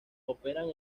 operan